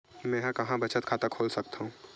मेंहा कहां बचत खाता खोल सकथव?